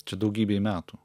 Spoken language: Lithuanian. čia daugybei metų